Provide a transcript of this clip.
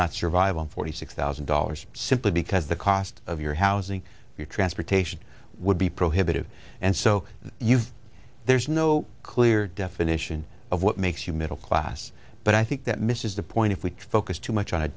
not survive on forty six thousand dollars simply because the cost of your housing your transportation would be prohibitive and so you've there's no clear definite ition of what makes you middle class but i think that misses the point if we focus too much on